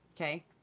Okay